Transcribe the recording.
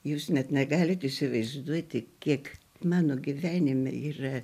jūs net negalit įsivaizduoti kiek mano gyvenime yra